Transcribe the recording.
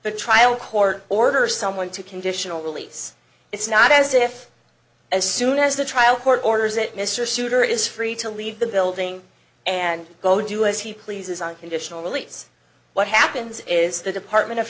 the trial court orders someone to conditional release it's not as if as soon as the trial court orders it mr souter is free to leave the building and go do as he pleases unconditional release what happens is the department of